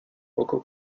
poco